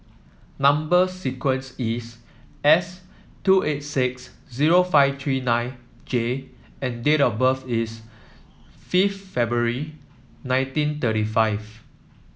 number sequence is S two eight six zero five three nine J and date of birth is fifth February nineteen thirty five